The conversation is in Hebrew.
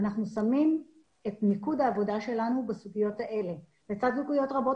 אנחנו שמים את מיקוד העבודה שלנו בסוגיות האלה לצד נקודות רבות